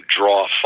draw